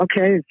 Okay